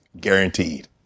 guaranteed